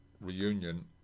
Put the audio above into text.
reunion